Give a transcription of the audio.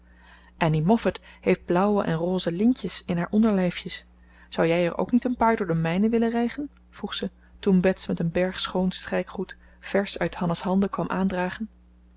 annie moffat heeft blauwe en rose lintjes in haar onderlijfjes zou jij er ook niet een paar door de mijne willen rijgen vroeg ze toen bets met een berg schoon strijkgoed versch uit hanna's handen kwam aandragen